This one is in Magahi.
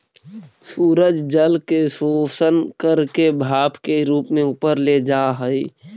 सूरज जल के शोषण करके भाप के रूप में ऊपर ले जा हई